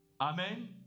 amen